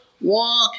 walk